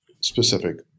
specific